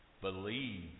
Believe